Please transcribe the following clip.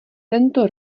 tento